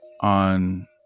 on